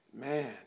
man